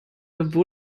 wurde